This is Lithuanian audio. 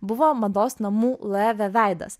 buvo mados namų laeve veidas